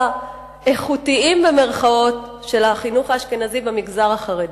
"האיכותיים" של החינוך האשכנזי במגזר החרדי.